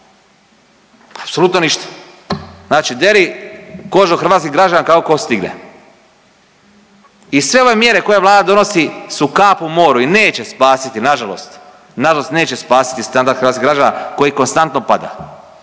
apsolutno ništa, znači deri kožu hrvatskih građana kako ko stigne. I sve ove mjere koje vlada donosi su kap u moru i neće spasiti nažalost, nažalost neće spasiti standard hrvatskih građana koji konstantno pada